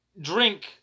drink